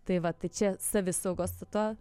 tai va tai čia savisaugos tuo